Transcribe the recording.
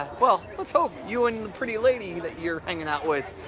well, let's hope, you and the pretty lady that you're hanging out with,